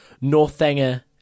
Northanger